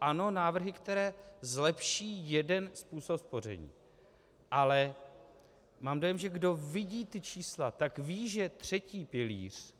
Ano, jsou to návrhy, které zlepší jeden způsob spoření, ale mám dojem, kdo vidí ta čísla, tak ví, že třetí pilíř